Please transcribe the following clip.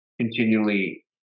continually